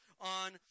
on